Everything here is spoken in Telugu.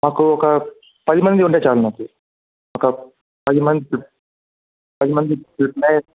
మాకు ఒక పది మంది ఉంటే చాలు మాకు ఒక పది మంది పది మంది ప్లేయర్స్